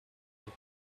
pour